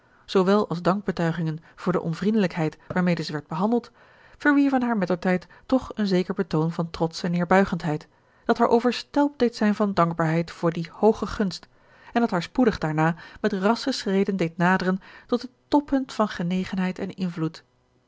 zoowel als dankbetuigingen voor de onvriendelijkheid waarmede zij werd behandeld verwierven haar mettertijd toch een zeker betoon van trotsche neerbuigendheid dat haar overstelpt deed zijn van dankbaarheid voor die hooge gunst en dat haar spoedig daarna met rassche schreden deed naderen tot het toppunt van genegenheid en invloed